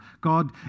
God